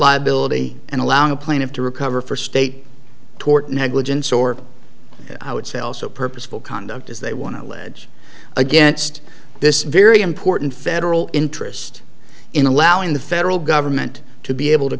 liability and allowing a plaintiff to recover for state tort negligence or i would say also purposeful conduct is they want to ledge against this very important federal interest in allowing the federal government to be able to